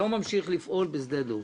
לא ממשיך לפעול בשדה דב.